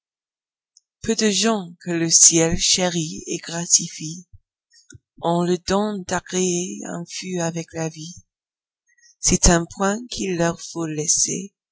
peu de gens que le ciel chérit et gratifie ont le don d'agréer infus avec la vie c'est un point qu'il leur faut